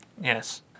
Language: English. Yes